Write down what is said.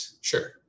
Sure